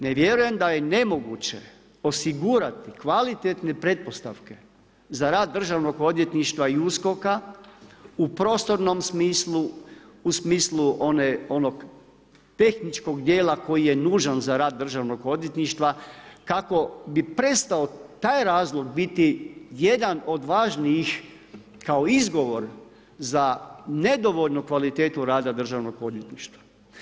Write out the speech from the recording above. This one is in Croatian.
Ne vjerujem da je nemoguće osigurati kvalitetne pretpostavke za rad državnog odvjetništva i USKOK-a u prostornom smislu, u smislu onog tehničkog djela koji je nužan za rad državnog odvjetništva, kako bi prestao taj razlog biti jedan od važnijih kao izgovor za nedovoljnu kvalitetu rada državno odvjetništva.